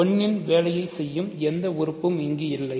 1 ன் வேலையை செய்யும் எந்த உறுப்பும் இங்கு இல்லை